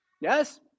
Yes